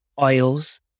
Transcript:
oils